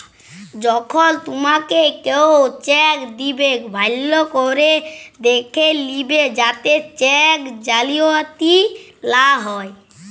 যখল তুমাকে কেও চ্যাক দিবেক ভাল্য ক্যরে দ্যাখে লিবে যাতে চ্যাক জালিয়াতি লা হ্যয়